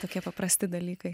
tokie paprasti dalykai